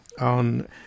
on